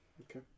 Okay